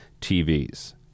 TVs